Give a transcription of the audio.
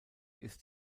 ist